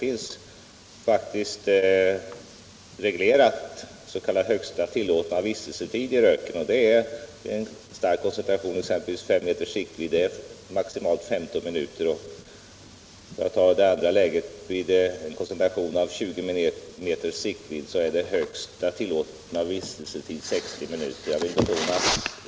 I dem anges högsta tillåtna vistelsetiden i rök — den är vid stark koncentration, exempelvis 5 meters siktvidd, maximalt 15 minuter och vid en koncentration av 20 meters siktvidd 60 minuter.